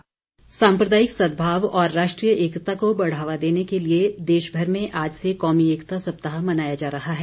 कौमी एकता सप्ताह साम्प्रदायिक सद्भाव और राष्ट्रीय एकता को बढ़ावा देने के लिए देशभर में आज से कौमी एकता सप्ताह मनाया जा रहा है